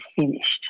finished